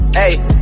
hey